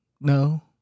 No